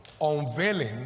unveiling